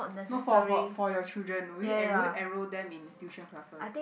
not for for for your children would you enroll enroll them in tuition classes